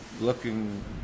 looking